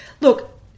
Look